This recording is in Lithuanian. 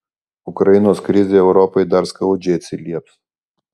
ukrainos krizė europai dar skaudžiai atsilieps